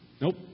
Nope